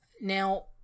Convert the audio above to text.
Now